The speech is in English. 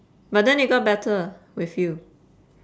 but then it got better with you